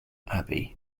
abbey